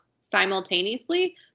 simultaneously